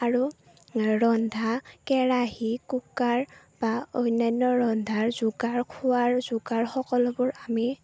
আৰু ৰন্ধা কেৰাহী কুকাৰ বা অন্যান্য ৰন্ধাৰ যোগাৰ খোৱাৰ যোগাৰ সকলোবোৰ আমি